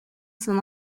son